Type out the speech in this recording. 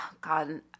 God